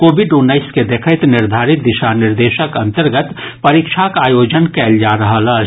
covid उन्नैस के देखैत निर्धारित दिशा निर्देशक अंतर्गत परीक्षाक आयोजन कयल जा रहल अछि